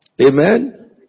Amen